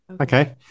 Okay